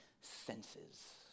senses